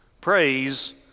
Praise